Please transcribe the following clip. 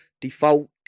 default